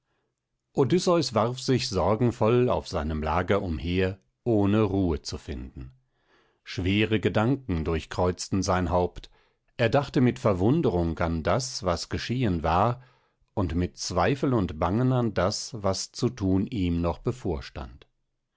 odysseus warf sich sorgenvoll auf seinem lager umher ohne ruhe zu finden schwere gedanken durchkreuzten sein haupt er dachte mit verwunderung an das was geschehen war und mit zweifel und bangen an das was zu thun ihm noch bevorstand